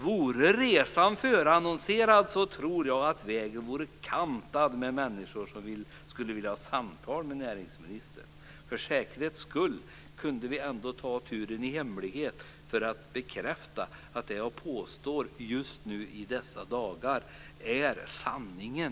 Vore resan förannonserad så tror jag att vägen vore kantad med människor som skulle vilja ha ett samtal med näringsministern. För säkerhets skull kunde vi ändå ta turen i hemlighet för att bekräfta att det som jag påstår just nu i dessa dagar är sanningen.